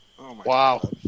Wow